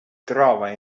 trova